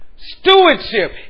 stewardship